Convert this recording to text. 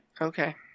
Okay